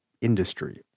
industry